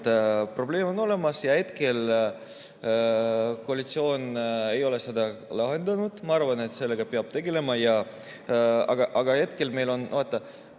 Probleem on olemas ja hetkel koalitsioon ei ole seda lahendanud. Ma arvan, et sellega peab tegelema. Vaata, üks asi on see,